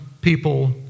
people